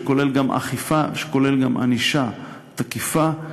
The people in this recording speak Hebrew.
שכולל גם אכיפה ושכולל גם ענישה תקיפה,